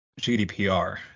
GDPR